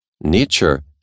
nature